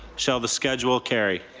shall the schedule carry.